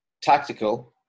tactical